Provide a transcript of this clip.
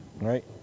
Right